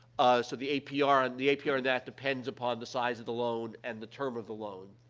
so the apr and the apr on that depends upon the size of the loan and the term of the loan.